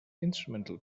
instrumental